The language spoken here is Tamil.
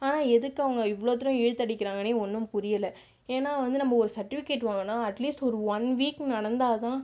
ஆனால் எதுக்கு அவங்க இவ்ளோதூரம் இழுத்தடிக்கிறாங்கன்னே ஒன்றும் புரியலை ஏன்னா வந்து நம்ம ஒரு சர்டிவிகேட் வாங்குணும்னா அட்லீஸ்ட் ஒரு ஒன் வீக் நடந்தால்தான்